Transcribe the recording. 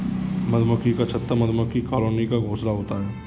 मधुमक्खी का छत्ता मधुमक्खी कॉलोनी का घोंसला होता है